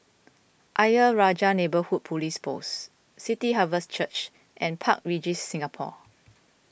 Ayer Rajah Neighbourhood Police Post City Harvest Church and Park Regis Singapore